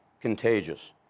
contagious